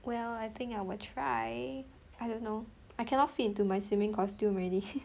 well I think I will try I don't know I cannot fit into my swimming costume already